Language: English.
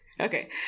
Okay